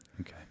Okay